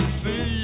see